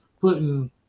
putting